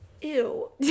Ew